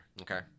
Okay